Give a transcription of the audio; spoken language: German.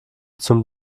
zum